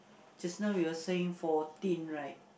just now we were saying fourteen right